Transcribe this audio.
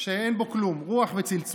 שאין בו כלום, רוח וצלצולים.